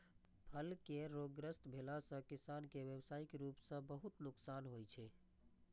फल केर रोगग्रस्त भेला सं किसान कें व्यावसायिक रूप सं बहुत नुकसान होइ छै